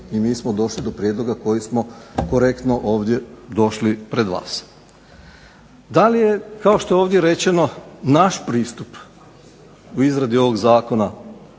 i mi smo došli do prijedloga koji smo korektno ovdje došli pred vas. Da li je kao što je ovdje rečeno naš pristup u izradi ovog zakona